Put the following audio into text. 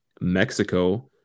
Mexico